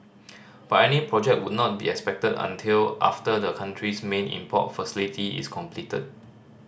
but any project would not be expected until after the country's main import facility is completed